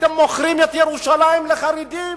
אתם מוכרים את ירושלים לחרדים